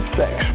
sex